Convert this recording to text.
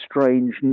strange